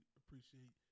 appreciate